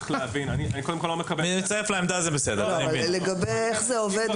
איך זה עובד בפועל,